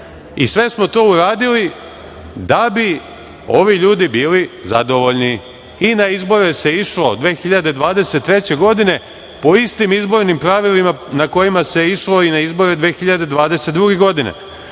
smo to uradili da bi ovi ljudi bili zadovoljni i na izbore se išlo 2023.godine po istim izbornim pravilima na kojima se išlo i na izbore 2022. godine.